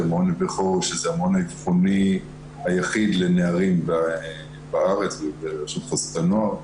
הוא מעון אבחוני היחיד לנערים בארץ וברשות חסות הנוער,